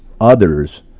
others